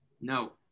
No